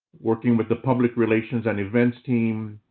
working with the public relations and events team,